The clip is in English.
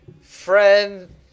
friend